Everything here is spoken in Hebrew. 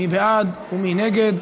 מי בעד ומי נגד?